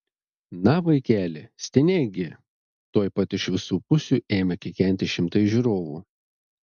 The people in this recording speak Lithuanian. na vaikeli stenėk gi tuoj pat iš visų pusių ėmė kikenti šimtai žiūrovų